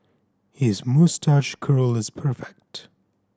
his moustache curl is perfect